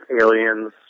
aliens